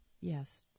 yes